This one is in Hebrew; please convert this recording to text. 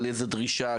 על איזה דרישה,